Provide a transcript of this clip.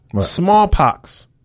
Smallpox